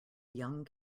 young